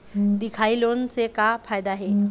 दिखाही लोन से का फायदा हे?